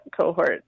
cohort